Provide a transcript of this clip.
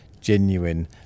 genuine